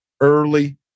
early